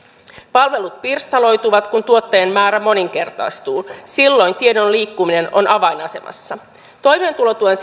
palvelut pirstaloituvat kun tuotteen määrä moninkertaistuu silloin tiedon liikkuminen on avainasemassa toimeentulotuen